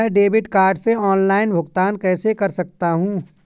मैं debit card से online भुगतान कैसे कर सकता हूँ?